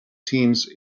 teams